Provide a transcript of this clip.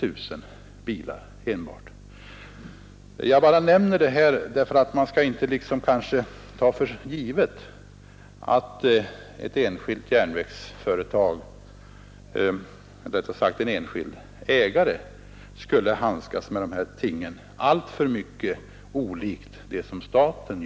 Jag har velat nämna detta för att belysa att man kanske inte skall ta för givet att en enskild järnvägsägare skulle handskas med de här problemen på ett sätt som alltför mycket skiljer sig från statens.